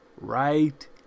right